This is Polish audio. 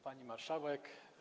Pani Marszałek!